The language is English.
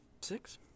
Six